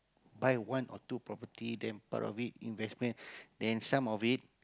buy one or two property then part of it investment then some of it